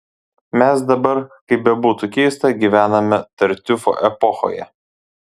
mes dabar kaip bebūtų keista gyvename tartiufo epochoje